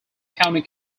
county